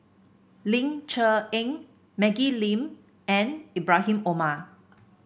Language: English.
Ling Cher Eng Maggie Lim and Ibrahim Omar